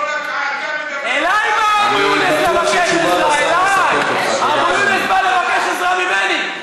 בסח'נין היו צריכים עזרה בשביל האצטדיון ובאו לבקש ממני,